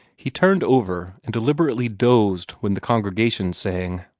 he turned over and deliberately dozed when the congregation sang.